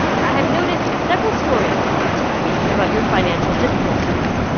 i have noticed several stories in the last few weeks about your financial difficulties.